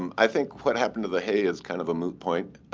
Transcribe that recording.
um i think what happened to the hay is kind of a moot point.